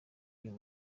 uyu